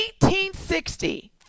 1860